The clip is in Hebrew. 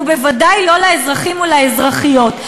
ובוודאי לא לאזרחים ולאזרחיות.